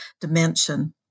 dimension